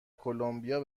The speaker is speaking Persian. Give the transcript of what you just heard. کلمبیا